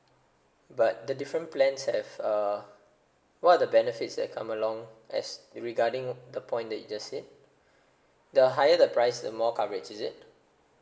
but the different plans have uh what are the benefits that come along as regarding the point that you just said the higher the price the more coverage is it